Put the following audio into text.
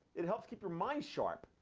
it helps keep your mind sharp.